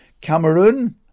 Cameroon